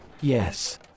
Yes